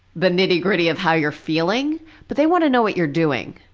the nitty gritty of how you're feeling but they want to know what you're doing.